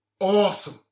Awesome